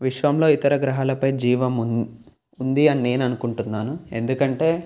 విశ్వంలో ఇతర గ్రహాలపై జీవము ఉంది ఉంది అని నేను అనుకుంటున్నాను ఎందుకంటే